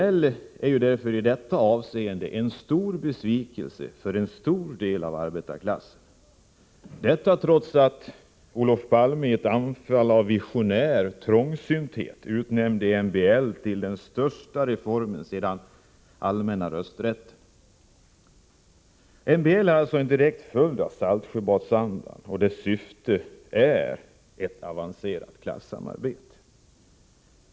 MBL är därför i detta avseende en stor besvikelse för en stor del av arbetarklassen, detta trots att Olof Palme i ett anfall av visionär trångsynthet utnämnde MBL till den största reformen sedan allmänna rösträtten. MBL är alltså en direkt följd av Saltsjöbadsandan, och dess syfte är ett avancerat klassamarbete.